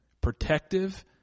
protective